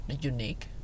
unique